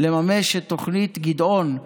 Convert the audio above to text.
לממש את תוכנית גדעון,